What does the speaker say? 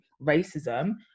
racism